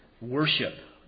worship